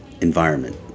environment